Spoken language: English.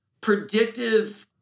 predictive